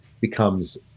becomes